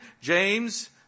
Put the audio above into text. James